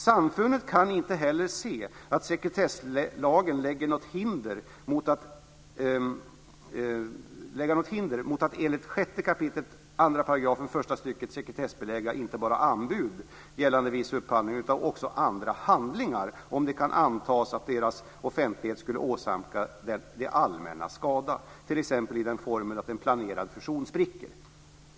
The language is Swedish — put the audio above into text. Samfundet kan inte heller se att sekretesslagen lägger något hinder mot att enligt 6 kap. 2 § första stycket sekretessbelägga inte bara anbud gällande viss upphandling utan också andra handlingar, om det kan antas att deras offentlighet skulle åsamka det allmänna skada, t.ex. i den formen att en planerad fusion spricker."